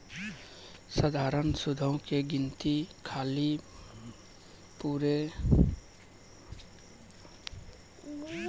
सधारण सूदो के गिनती खाली मूरे पे करलो जाय छै